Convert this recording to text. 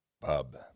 Bub